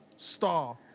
Star